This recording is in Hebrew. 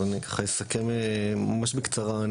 אז אני אסכם ממש בקצרה.